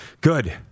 Good